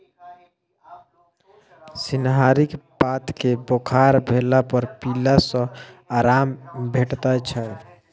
सिंहारिक पात केँ बोखार भेला पर पीला सँ आराम भेटै छै